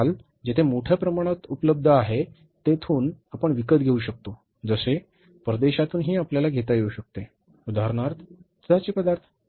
माल जेथे मोठ्या प्रमाणात उपलब्ध आहे तेथून आपण विकत घेऊ शकतो जसे परदेशातूनही आपल्याला घेता येऊ शकते उदाहरणार्थ दुधाचे पदार्थ